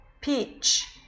peach